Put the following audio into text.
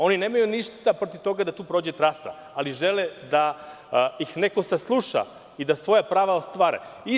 Oni nemaju ništa protiv toga da tu prođe trasa, ali žele da ih neko sasluša i da svoja prava ostvare.